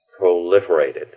proliferated